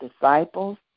disciples